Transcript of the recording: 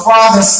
Father